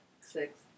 six